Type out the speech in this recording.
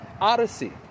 Odyssey